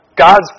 God's